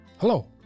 Hello